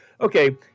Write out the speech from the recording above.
Okay